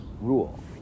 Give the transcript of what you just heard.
rule